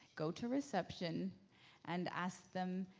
go to reception and ask them,